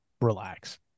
relax